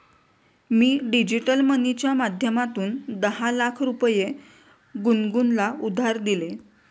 मी digital मनीच्या माध्यमातून दहा लाख रुपये गुनगुनला उधार दिले